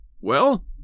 Well